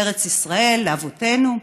ארץ ישראל, לאבותינו.